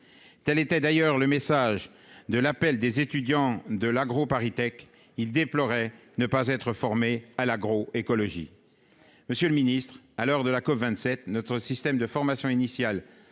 telle était d'ailleurs le message de l'appel des étudiants de l'Agro ParisTech il déplorait, ne pas être formé à l'agro-écologie, monsieur le Ministre, à l'heure de la COP27 notre système de formation initiale